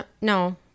No